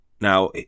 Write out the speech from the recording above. now